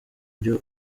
byo